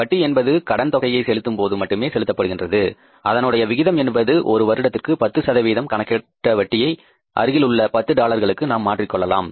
வட்டி என்பது கடன் தொகையை செலுத்தும்போது மட்டுமே செலுத்தப்படுகின்றது அதனுடைய விகிதம் என்பது ஒரு வருடத்திற்கு 10 கணக்கிட்ட வட்டியை அருகில் உள்ள 10 டாலர்களுக்கு நாம் மாற்றிக் கொள்ளலாம்